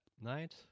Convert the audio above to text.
night